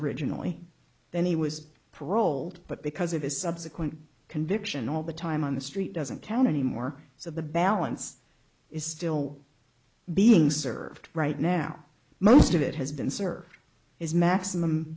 originally then he was paroled but because of his subsequent conviction all the time on the street doesn't count anymore so the balance is still being served right now most of it has been served is maximum